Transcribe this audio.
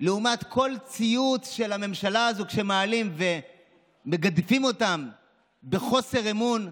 לעומת כל ציוץ של הממשלה הזו שמעלים ומגדפים אותם בחוסר אמון,